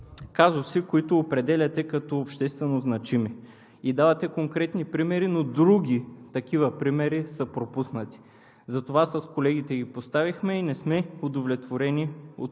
казусите, които определяте като обществено значими, давате конкретни примери, но други такива са пропуснати. Затова с колегите ги поставихме и не сме удовлетворени от